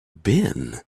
been